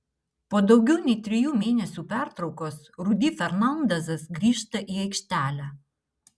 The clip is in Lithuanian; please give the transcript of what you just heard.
po daugiau nei trijų mėnesių pertraukos rudy fernandezas grįžta į aikštelę